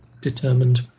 determined